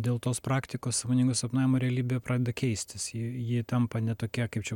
dėl tos praktikos sąmoningo sapnavimo realybė pradeda keistis ji ji tampa net tokia kaip čia